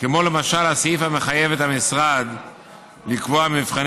למשל הסעיף המחייב את המשרד לקבוע מבחני